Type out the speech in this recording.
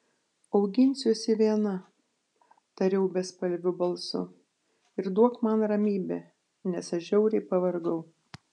auginsiuosi viena tariau bespalviu balsu ir duok man ramybę nes aš žiauriai pavargau